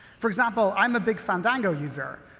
for example, i'm a big fandango user.